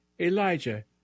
Elijah